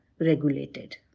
regulated